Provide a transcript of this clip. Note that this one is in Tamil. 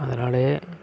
அதனாலேயே